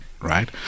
right